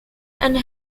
and